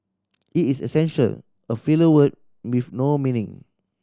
it is essential a filler word with no meaning